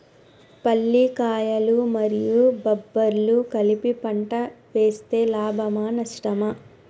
పల్లికాయలు మరియు బబ్బర్లు కలిపి పంట వేస్తే లాభమా? నష్టమా?